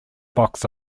box